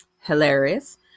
Hilarious